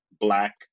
Black